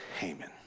Haman